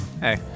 hey